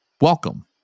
welcome